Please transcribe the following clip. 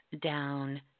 down